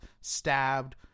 stabbed